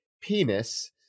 penis